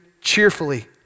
cheerfully